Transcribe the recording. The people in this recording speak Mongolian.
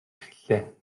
эхэллээ